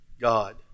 God